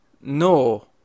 no